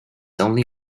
only